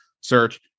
search